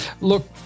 Look